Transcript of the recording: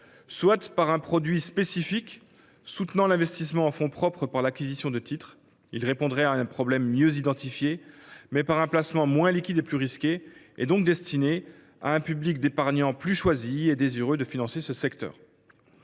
Soit par un produit spécifique soutenant l’investissement en fonds propres par l’acquisition de titres. Cela répondrait à un problème mieux identifié, mais par un placement moins liquide et plus risqué, donc destiné à un public d’épargnants plus choisi et désireux de financer ce secteur.